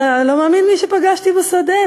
אתה לא מאמין את מי פגשתי בשדה,